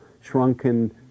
shrunken